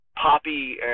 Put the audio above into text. poppy